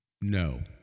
no